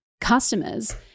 customers